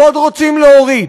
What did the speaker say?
ועוד רוצים להוריד.